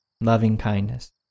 loving-kindness